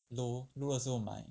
low low 的时候买